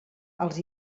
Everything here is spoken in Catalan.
els